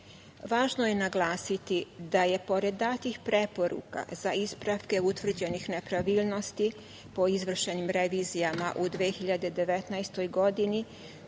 je naglasiti da je pored datih preporuka za ispravke utvrđenih nepravilnosti po izvršenim revizija u 2019. godini